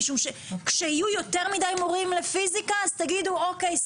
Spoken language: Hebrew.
משום שכשיהיו יותר מדי מורים לפיזיקה אז תגידו "אוקיי,